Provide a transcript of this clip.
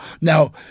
now